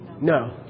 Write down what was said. No